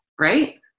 right